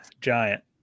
giant